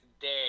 day